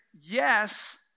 yes